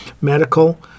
medical